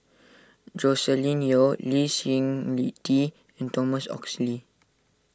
Joscelin Yeo Lee Seng Lee Tee and Thomas Oxley